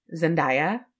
Zendaya